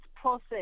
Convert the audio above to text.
process